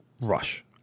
rush